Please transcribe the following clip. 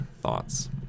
Thoughts